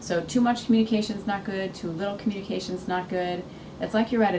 so too much communication is not good to little communication is not good it's like you're at